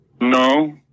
No